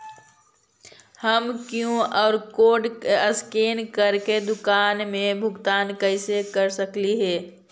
हम QR code scan करके दुकान में भुगतान कैसे कर सकली हे?